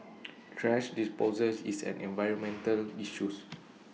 thrash disposal is an environmental issues